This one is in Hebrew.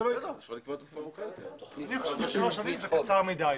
אני חושב ששלוש שנים זה קצר מדי.